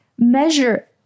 measure